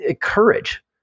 courage